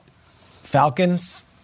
Falcons